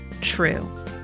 true